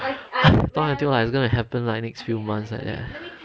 talk until like it's gonna happen in the next few months like that